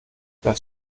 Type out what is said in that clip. das